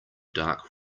dark